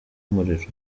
umuriro